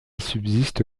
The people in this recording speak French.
subsiste